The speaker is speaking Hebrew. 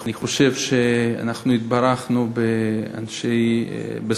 אני חושב שאנחנו התברכנו בספרדים,